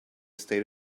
state